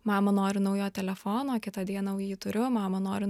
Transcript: mama noriu naujo telefono kitą dieną jau jį turiu mama noriu